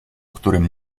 którym